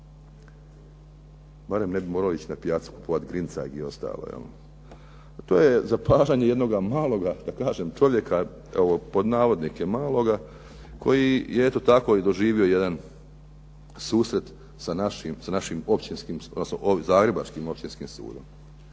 Barem ne bi morao ići na pijacu kupovati grincajg i ostalo. To je zapažanje jednoga "maloga" da kažem čovjeka koji je eto tako doživio jedan susret sa našim općinskim odnosno zagrebačkim Općinskim sudom.